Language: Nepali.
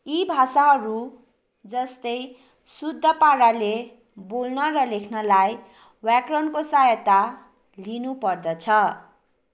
यी भाषाहरू जस्तै शुद्ध पाराले बोल्न र लेख्नलाई व्याकरणको सहायता लिनु पर्दछ